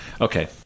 Okay